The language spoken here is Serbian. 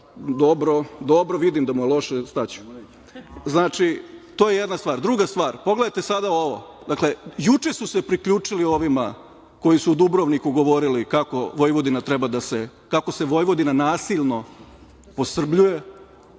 Dobro, vidim da mu je loše, staću. Znači, to je jedna stvar. Druga stvar – pogledajte sada ovo. Dakle, juče su se priključili ovima koji su u Dubrovniku govorili kako Vojvodina treba da se, kako se Vojvodina nasilno posrbljuje,